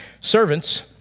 Servants